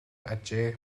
ажээ